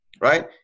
right